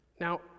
Now